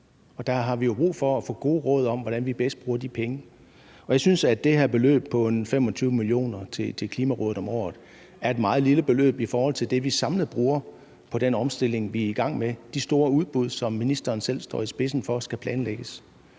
der har vi brug for at få gode råd om, hvordan vi bedst bruger de penge. Og jeg synes, at det her beløb på 25 mio. kr. til Klimarådet om året er et meget lille beløb i forhold til det, som vi samlet bruger på den omstilling, vi er i gang med, og når de store udbud, som ministeren selv står i spidsen for, skal planlægges.